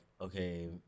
okay